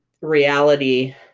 reality